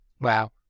Wow